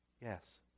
Yes